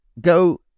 go